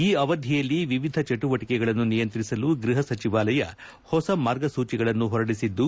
ಈ ಅವಧಿಯಲ್ಲಿ ವಿವಿಧ ಚಟುವಟಿಕೆಗಳನ್ನು ನಿಯಂತ್ರಿಸಲು ಗೃಪ ಸಚಿವಾಲಯ ಪೊಸ ಮಾರ್ಗಸೂಚಿಗಳನ್ನು ಪೊರಡಿಸಿದ್ದು